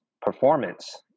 performance